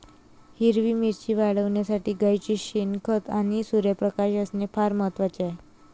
हिरवी मिरची वाढविण्यासाठी गाईचे शेण, खत आणि सूर्यप्रकाश असणे फार महत्वाचे आहे